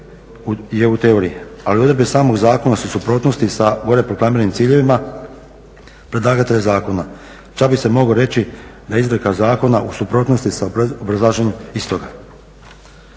u teoriji, ali odredbe samog zakona su u suprotnosti sa gore … ciljevima predlagatelja zakona. Čak bi se moglo reći da je … zakona u suprotnosti sa obrazloženjem istoga.